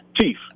Chief